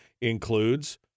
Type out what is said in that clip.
includes